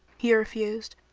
he refused,